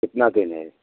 कितना दिन है